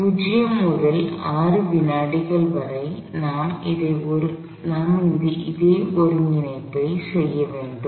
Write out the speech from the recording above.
0 முதல் 6 வினாடிகள் வரை நான் அதே ஒருங்கிணைப்பை செய்ய வேண்டும்